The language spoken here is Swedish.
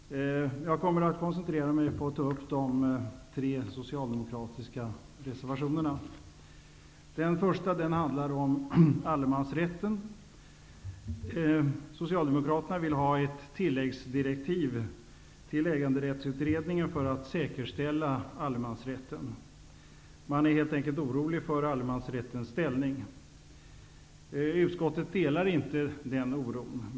Jag kommer att koncentrera mig på de tre socialdemokratiska reservationerna. Den första handlar om allemansrätten. Socialdemokraterna vill ha ett tilläggsdirektiv till äganderättsutredningen för att säkerställa allemansrätten. Man är helt enkelt orolig för allemansrättens ställning. Utskottet delar inte den oron.